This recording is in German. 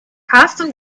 karsten